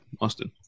Austin